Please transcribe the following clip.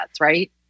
right